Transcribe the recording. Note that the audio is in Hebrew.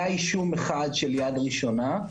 היה אישום אחד של יד ראשונה.